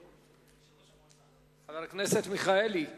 חבר הכנסת מיכאלי,